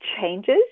changes